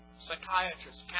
psychiatrists